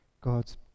God's